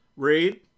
Read